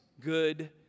Good